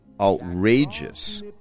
outrageous